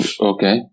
okay